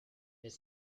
elle